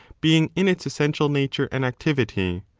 being in its essential nature an activity.